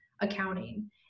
accounting